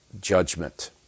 judgment